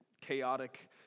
chaotic